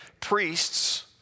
priests